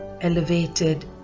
elevated